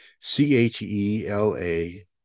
C-H-E-L-A